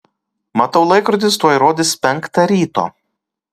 matau laikrodis tuoj rodys penktą ryto